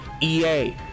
EA